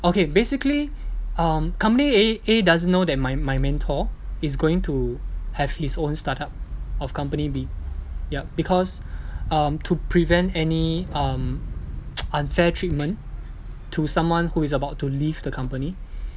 okay basically um company A A doesn't know that my my mentor is going to have his own start-up of company B yup because um to prevent any um unfair treatment to someone who is about to leave the company